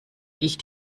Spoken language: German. ich